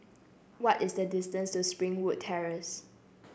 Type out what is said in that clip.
what is the distance to Springwood Terrace